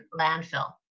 landfill